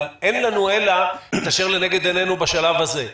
אבל אין לנו אלא את אשר לנגד עניני בשלב הזה.